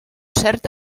cert